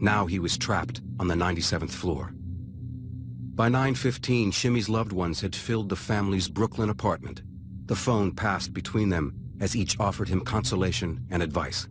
now he was trapped on the ninety seventh floor by nine fifteen shimmies loved ones had filled the family's brooklyn apartment the phone passed between them as each offered him consolation and advice